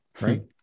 Right